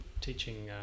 teaching